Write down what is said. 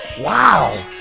wow